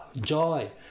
joy